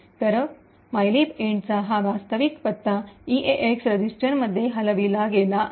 तर मायलिब इंटचा हा वास्तविक पत्ता ईएक्स रजिस्टरमध्ये हलविला गेला आहे